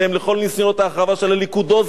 לכל ניסיונות ההחרבה של הליכודוזר,